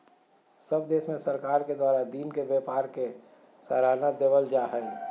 सब देश में सरकार के द्वारा दिन के व्यापार के सराहना देवल जा हइ